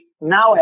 now